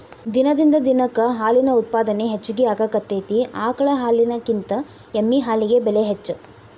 ದಿನದಿಂದ ದಿನಕ್ಕ ಹಾಲಿನ ಉತ್ಪಾದನೆ ಹೆಚಗಿ ಆಗಾಕತ್ತತಿ ಆಕಳ ಹಾಲಿನಕಿಂತ ಎಮ್ಮಿ ಹಾಲಿಗೆ ಬೆಲೆ ಹೆಚ್ಚ